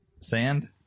Sand